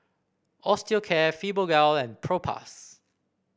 Osteocare Fibogel and Propass